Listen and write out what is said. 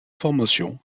formations